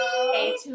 Hey